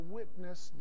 witness